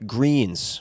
Greens